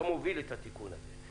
אתה מוביל את התיקון הזה.